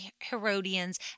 Herodians